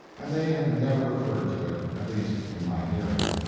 and they have never referred to it, at least in my hearing.